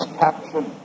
caption